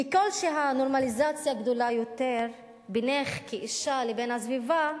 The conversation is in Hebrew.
ככל שהנורמליזציה גדולה יותר בינך כאשה לבין הסביבה,